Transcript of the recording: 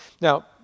Now